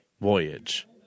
voyage